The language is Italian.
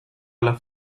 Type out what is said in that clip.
alla